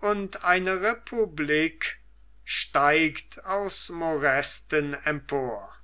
und eine republik steigt aus morästen empor